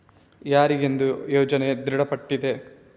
ಯಾರಿಗೆಂದು ಯೋಜನೆ ದೃಢಪಟ್ಟಿದೆ?